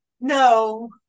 no